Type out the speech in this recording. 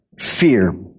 Fear